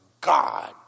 God